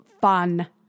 fun